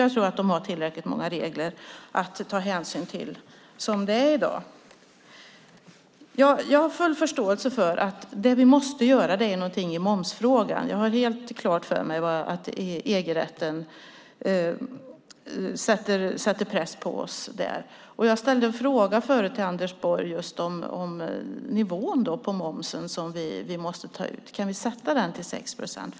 Jag tror att de inom ideell verksamhet, som det är i dag, har tillräckligt många regler att ta hänsyn till. Jag har full förståelse för att vi måste göra någonting i momsfrågan och har helt klart för mig att EU-rätten sätter press på oss där. Jag ställde förut en fråga till Anders Borg just om nivån på den moms som vi måste ta ut. Kan vi sätta den till 6 procent?